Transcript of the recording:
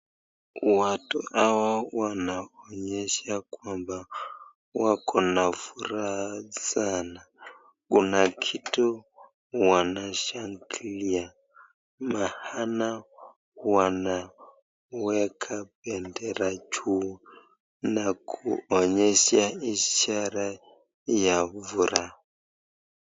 Watu hawa wanaonyesha kwamba wako na furaha sana, kuna kitu wanashangilia maana wanaweka bendera juu na kuonyesha ishara ya furaha.